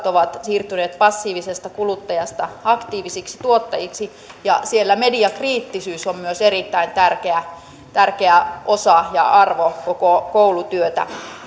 ovat siirtyneet passiivisesta kuluttajasta aktiivisiksi tuottajiksi ja siellä mediakriittisyys on myös erittäin tärkeä tärkeä arvo ja osa koko koulutyötä